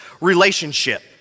relationship